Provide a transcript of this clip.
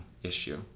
issue